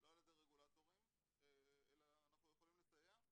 לא על ידי רגולטורים אלא אנחנו יכולים לסייע,